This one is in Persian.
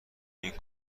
این